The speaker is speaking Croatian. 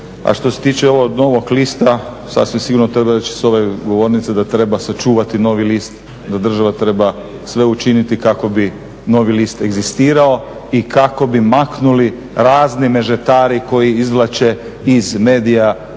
A što se tiče ovog Novog lista sasvim sigurno treba reći s ove govornice da treba sačuvati Novi list, da država treba sve učiniti kako bi Novi list egzistirao i kako bi maknuli razni …/Govornik se ne razumije./… koji izvlače iz medija profite